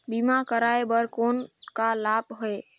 बीमा कराय कर कौन का लाभ है?